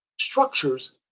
structures